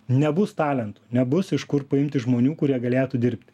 nebus talentų nebus iš kur paimti žmonių kurie galėtų dirbti